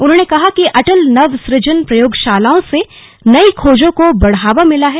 उन्होंने कहा कि अटल नव सुजन प्रयोगशालाओं से नई खोजों को बढ़ावा मिला है